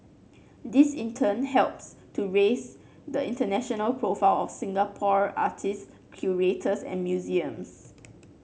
this in turn helps to raise the international profile of Singapore artist curators and museums